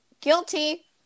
guilty